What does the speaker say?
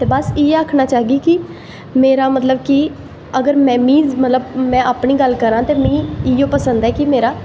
ते बस इयै आखना चाह्गी कि मेरा मतलव में अपनी गल्ल करां ते में इयै पसंद ऐ कि मेरा